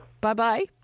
Bye-bye